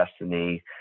destiny